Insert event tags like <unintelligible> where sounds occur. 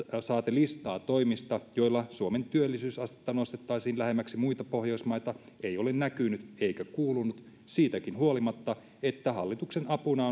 saati listaa toimista joilla suomen työllisyysastetta nostettaisiin lähemmäksi muita pohjoismaita ei ole näkynyt eikä kuulunut siitäkään huolimatta että hallituksen apuna <unintelligible>